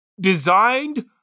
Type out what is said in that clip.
designed